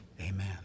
Amen